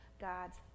God's